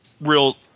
real